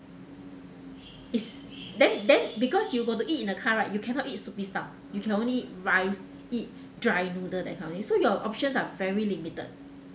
is then then because you go to eat in the car right you cannot eat soupy stuff you can only eat rice eat dry noodle that kind of thing so your options are very limited